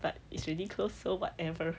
but it's already closed so whatever